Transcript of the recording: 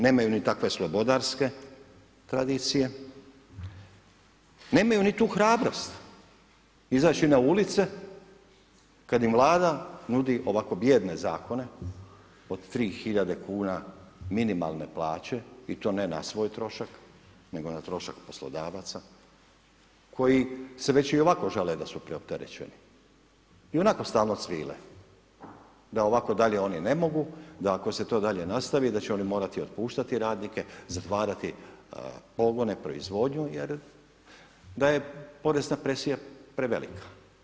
Nemaju niti takve slobodarske tradicije, nemaju ni tu hrabrost izaći na ulice kada im Vlada nudi ovako bijedne zakone od 3 hiljade kuna minimalne plaće i to ne na svoj trošak, nego na trošak poslodavaca koji se već i ovako žale da su preopterećeni, i onako stalno cvile da ovako dalje oni ne mogu, da ako se to dalje nastavi da će oni morati otpuštati radnike, zatvarati pogone, proizvodnju jer da je porezna presije prevelika.